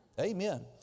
Amen